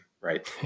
right